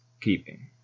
keeping